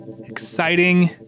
exciting